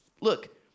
look